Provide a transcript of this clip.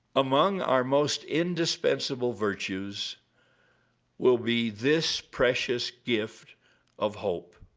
among our most indispensable virtues will be this precious gift of hope